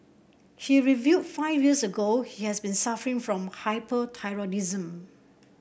he revealed five years ago he has been suffering from hyperthyroidism